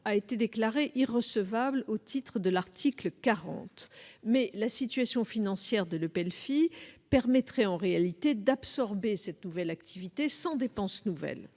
a été déclaré irrecevable au titre de l'article 40 de la Constitution, mais la situation financière de l'EPELFI permettrait en réalité d'absorber cette nouvelle activité sans dépense nouvelle.